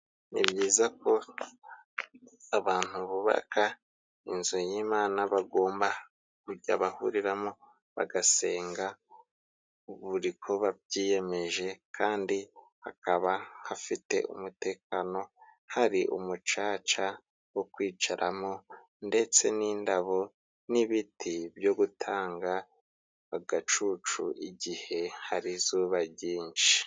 Ni byiza ko abantu bubaka inzu y'Imana bagomba kujya bahuriramo bagasenga buri iko babyiyemeje, kandi hakaba hafite umutekano hari umucaca wo kwicaramo, ndetse n'indabo n'ibiti byo gutanga agacucu igihe hari izuba ryinshi.